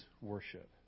worship